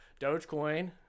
dogecoin